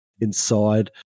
inside